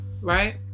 right